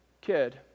kid